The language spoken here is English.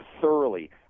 thoroughly